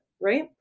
right